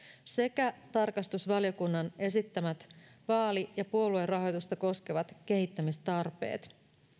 sekä tarkastusvaliokunnan esittämät vaali ja puoluerahoitusta koskevat kehittämistarpeet